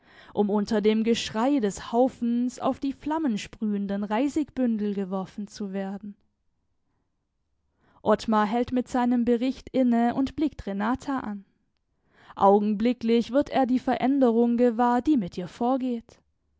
um unter dem geschrei des haufens auf die flammensprühenden reisigbündel geworfen zu werden ottmar hält mit seinem bericht inne und blickt renata an augenblicklich wird er die veränderung gewahr die mit ihr vorgeht